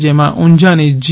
જેમાં ઊઝાની જી